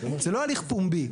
זה לא הליך פומבי.